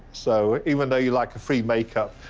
so even though you like a free make-up,